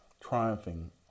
triumphing